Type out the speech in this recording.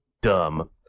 Dumb